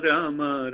Rama